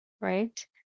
right